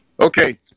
Okay